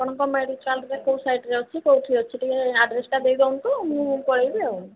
ଆପଣଙ୍କ ମେଡ଼ିକାଲରେ କେଉଁ ସାଇଟ୍ରେ ଅଛି କେଉଁଠି ଅଛି ଟିକେ ଆଡ୍ରେସ୍ଟା ଦେଇ ଦିଅନ୍ତୁ ମୁଁ ପଳାଇବି ଆଉ